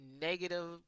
negative